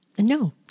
No